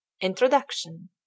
Introduction